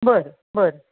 बरं बरं